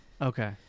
Okay